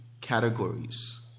categories